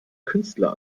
künstler